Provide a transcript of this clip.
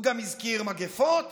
הוא גם הזכיר מגפות,